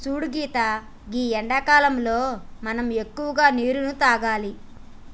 సూడు సీత గీ ఎండాకాలంలో మనం ఎక్కువగా నీరును తాగాలి